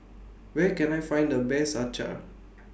Where Can I Find The Best Acar